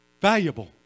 valuable